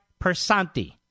Persanti